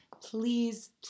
please